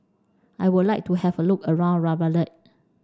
I would like to have a look around Reykjavik